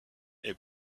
est